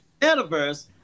metaverse